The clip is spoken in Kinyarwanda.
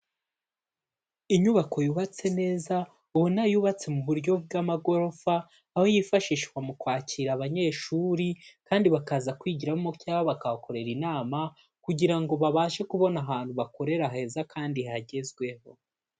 Inyubako yubatse neza ubona yubatse mu buryo bw'amagorofa aho yifashishwa mu kwakira abanyeshuri kandi bakaza kwigiramo cyangwa bakahakorera inama kugira ngo babashe kubona ahantu bakorera heza kandi hagezweho.